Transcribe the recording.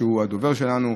שהוא הדובר שלנו.